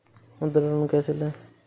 मुद्रा लोन कैसे ले?